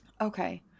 Okay